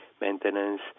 maintenance